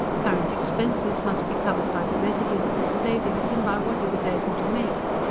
current expenses must be covered by the residue of this savings, and by what he was able to make.